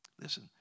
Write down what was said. Listen